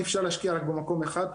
אי אפשר להשקיע רק במקום אחד,